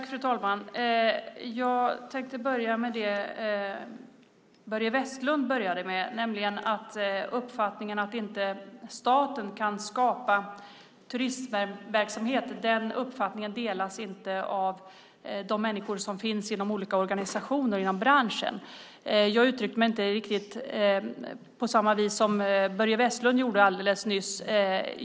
Fru talman! Jag börjar med det som Börje Vestlund inledde sin replik med, nämligen att uppfattningen att staten inte kan skapa turistverksamhet inte delas av de människor som finns i olika organisationer inom branschen. Jag uttryckte mig inte riktigt på samma vis som Börje Vestlund alldeles nyss uttryckte sig.